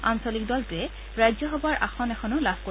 আঞ্চলিক দলটোৱে ৰাজ্যসভাৰ আসন এখনো লাভ কৰিব